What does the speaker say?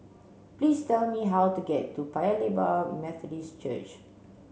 please tell me how to get to Paya Lebar Methodist Church